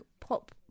pop